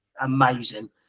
amazing